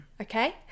Okay